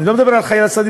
אני לא מדבר על חייל סדיר,